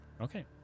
Okay